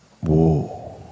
Whoa